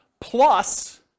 plus